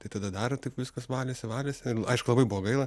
tai tada dar taip viskas valėsi valėsi aišku labai buvo gaila